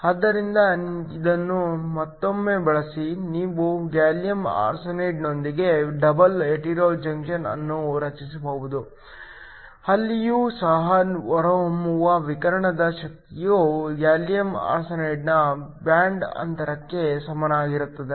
ಆದ್ದರಿಂದ ಇದನ್ನು ಮತ್ತೊಮ್ಮೆ ಬಳಸಿ ನೀವು ಗ್ಯಾಲಿಯಮ್ ಆರ್ಸೆನೈಡ್ನೊಂದಿಗೆ ಡಬಲ್ ಹೆಟೆರೊ ಜಂಕ್ಷನ್ ಅನ್ನು ರಚಿಸಬಹುದು ಅಲ್ಲಿಯೂ ಸಹ ಹೊರಹೊಮ್ಮುವ ವಿಕಿರಣದ ಶಕ್ತಿಯು ಗ್ಯಾಲಿಯಮ್ ಆರ್ಸೆನೈಡ್ನ ಬ್ಯಾಂಡ್ ಅಂತರಕ್ಕೆ ಸಮಾನವಾಗಿರುತ್ತದೆ